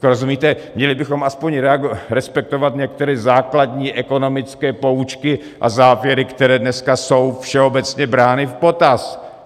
Rozumíte, měli bychom aspoň respektovat některé základní ekonomické poučky a závěry, které dneska jsou všeobecně brány v potaz.